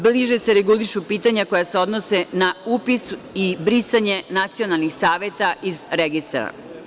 Bliže se regulišu pitanja koja se odnose na upis i brisanje nacionalnih saveta iz registra.